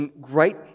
great